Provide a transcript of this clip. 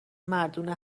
مردونه